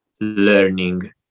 learning